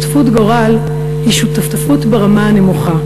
"שותפות גורל" היא שותפות ברמה הנמוכה.